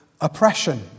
oppression